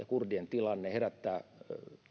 kurdien tilanne herättää